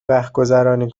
وقتگذرانی